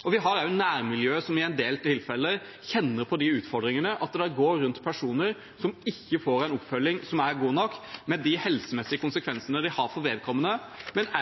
og også nærmiljøet som i en del tilfeller kjenner på de utfordringene, at det går personer rundt som ikke får en oppfølging som er god nok, med de helsemessige konsekvensene det har for vedkommende, og at det